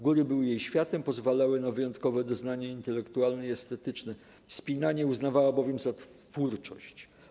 Góry były jej światem, pozwalały na wyjątkowe doznania intelektualne i estetyczne, wspinanie uznawała bowiem za twórczość.